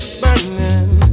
burning